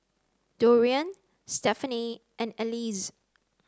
Dorian Stephany and Alize